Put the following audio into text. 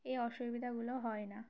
এই অসুবিধাগুলো হয় না